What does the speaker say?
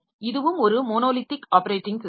இதுவும் ஒரு monolithic operating system